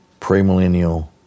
premillennial